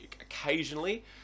occasionally